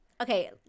okay